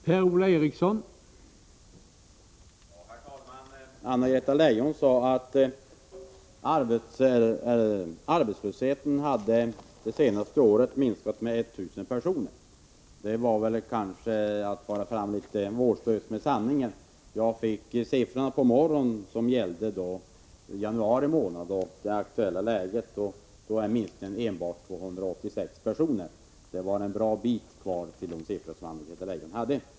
Herr talman! Anna-Greta Leijon sade att arbetslösheten på ett år hade minskat med 1 000 personer. Det är väl att fara fram litet vårdslöst med sanningen. Jag fick på morgonen siffrorna för januari månad. Det aktuella läget är enbart 286 personer, och då är det en bra bit kvar till den siffra Anna-Greta Leijon hade.